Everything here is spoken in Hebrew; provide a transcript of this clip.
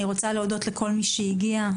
אני רוצה להודות לכל מי שהגיע.